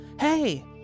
Hey